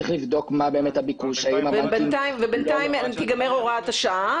צריך לבדוק מהו הביקוש -- בינתיים תיגמר הוראת השעה,